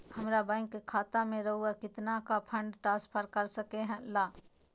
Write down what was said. हमरा बैंक खाता से रहुआ कितना का फंड ट्रांसफर कर सके ला?